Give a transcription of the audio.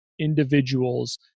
individuals